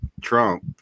Trump